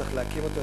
צריך להקים אותו.